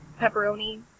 pepperoni